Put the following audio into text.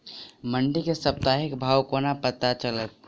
मंडी केँ साप्ताहिक भाव कोना पत्ता चलतै?